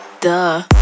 Duh